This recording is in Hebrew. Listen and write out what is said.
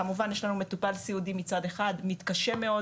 כמובן יש לנו מטופל סיעודי מצד אחד שמתקשה מאוד